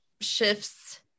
shifts